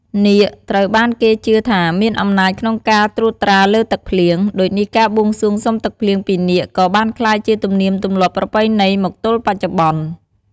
នាគត្រូវបានគេជឿថាមានអំណាចក្នុងការត្រួតត្រាលើទឹកភ្លៀង ដូចនេះការបួងសួងសុំទឹកភ្លៀងពីនាគក៏បានក្លាយជាទំនៀមទម្លាប់ប្រពៃណីមកទល់បច្ចុប្បន្ន។